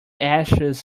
ashes